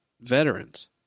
veterans